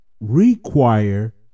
require